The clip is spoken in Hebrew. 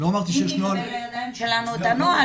אם תיתן לידיים שלנו את הנוהל.